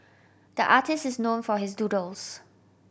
the artist is known for his doodles